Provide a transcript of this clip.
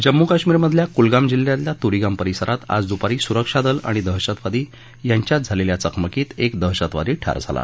जम्मू कश्मीरमधल्या कुलगाम जिल्ह्यातल्या तुरीगाम परिसरात आज दुपारी सुरक्षादल आणि दहशतवादी यांच्यात झालेल्या चकमकीत एक दहशतवादी ठार झाला